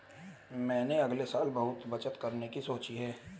मैंने अगले साल बहुत बचत करने की सोची है